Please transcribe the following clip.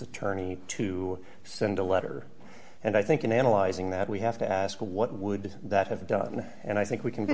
attorney to send a letter and i think in analyzing that we have to ask what would that have done and i think we can